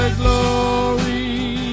glory